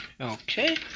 Okay